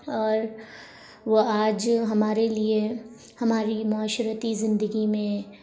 اور وہ آج ہمارے لیے ہماری معاشرتی زندگی میں